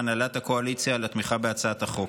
הנהלת הקואליציה על התמיכה בהצעת החוק.